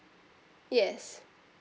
yes